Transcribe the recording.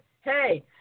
Hey